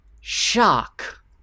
shock